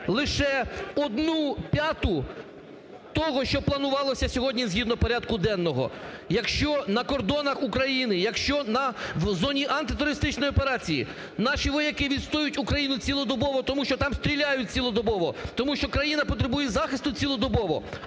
лише одну п'яту того, що планувалося сьогодні згідно порядку денного. Якщо на кордонах України, якщо в зоні антитерористичної операції наші вояки відстоюють Україну цілодобово, тому що там стріляють цілодобово, тому що країна потребує захисту цілодобово,